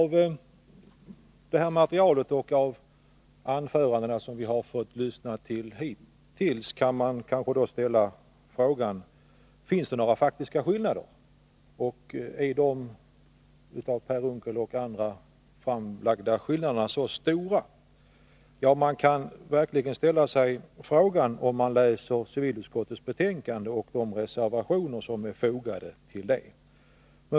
Om man läser civilutskottets betänkande och de reservationer som är fogade till det och sedan tar del av de anföranden som vi hittills har fått lyssna till, kan man ställa frågan: Finns det några faktiska skillnader i uppfattningarna, och innebär de av Per Unckel andra framförda meningarna att skillnaderna i så fall är stora?